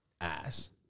ass